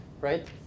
right